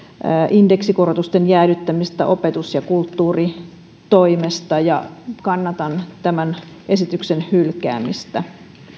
indeksikorotusten jäädyttämistä opetus ja kulttuuritoimesta kannatan tämän esityksen hylkäämistä